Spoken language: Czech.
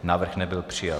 Návrh nebyl přijat.